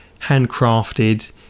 handcrafted